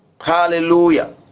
hallelujah